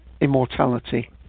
immortality